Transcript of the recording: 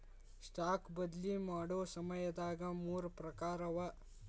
stock ಬದ್ಲಿ ಮಾಡೊ ಸಮಯದಾಗ ಮೂರ್ ಪ್ರಕಾರವ